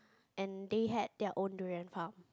and they had their own durian farm